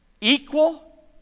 equal